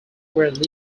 were